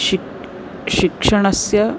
शिक् शिक्षणस्य